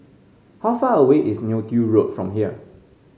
how far away is Neo Tiew Road from here